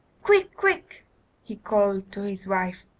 quick! quick he called to his wife.